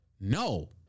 No